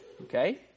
okay